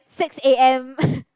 six A_M